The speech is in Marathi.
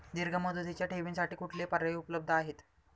दीर्घ मुदतीच्या ठेवींसाठी कुठले पर्याय उपलब्ध आहेत?